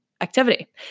activity